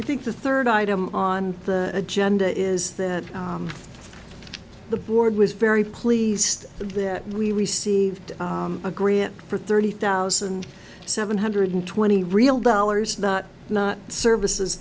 i think the third item on the agenda is that the board was very pleased that we received a grant for thirty thousand seven hundred twenty real dollars not services